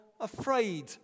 afraid